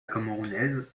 camerounaise